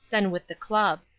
then with the club.